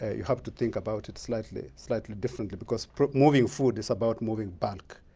ah you have to think about it slightly slightly different because moving food is about moving bulk.